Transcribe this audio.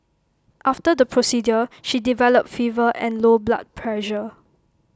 after the procedure she developed fever and low blood pressure